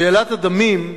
שאלת הדמים,